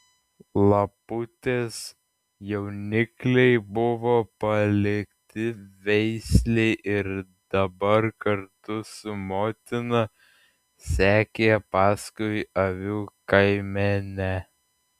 laputės jaunikliai buvo palikti veislei ir dabar kartu su motina sekė paskui avių kaimenę